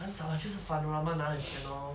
很少 lah 就是 Fun-O-Rama 拿的钱 lor